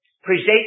Present